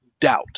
doubt